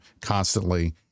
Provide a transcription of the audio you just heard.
constantly